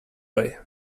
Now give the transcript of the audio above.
way